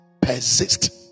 persist